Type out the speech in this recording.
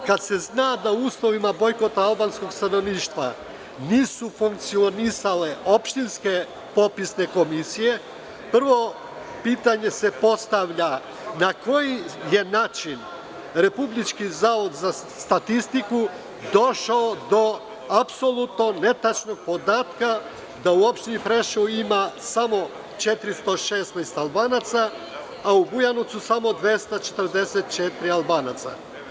Kada se zna da u uslovima bojkota albanskog stanovništva nisu funkcionisale opštinske popisne komisije, prvo pitanje se postavlja – na koji je način Republički zavod za statistiku došao do apsolutno netačnog podatka da u Opštini Preševo ima samo 416 Albanaca, a u Bujanovcu samo 244 Albanca?